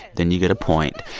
then you get a point.